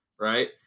right